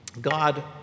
God